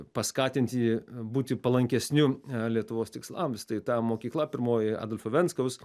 paskatinti būti palankesniu lietuvos tikslams tai ta mokykla pirmoji adolfo venskaus